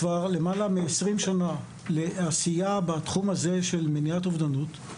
כבר למעלה מ-20 שנה לעשייה בתחום הזה של מניעת אובדנות,